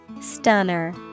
Stunner